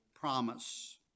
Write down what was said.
promise